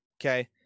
okay